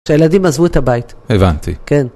שהילדים עזבו את הבית. הבנתי. כן.